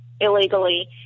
illegally